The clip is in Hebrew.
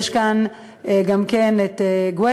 ישנו כאן גם כן גואטה,